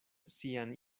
sian